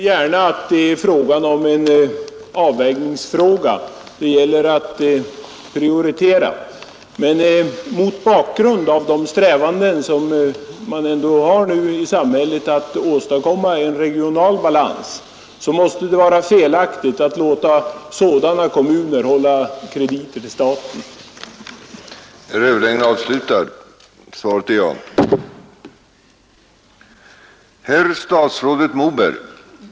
Herr talman! Jag medger gärna att det är en avvägningsfraga. Det gäller att prioritera. Men mot bakgrund av de strävanden som nu ändå finns i samhället att åstadkomma en regional balans måste det vara felaktigt att låta sådana kommuner som Östersund hälla staten med krediter.